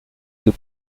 die